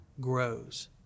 grows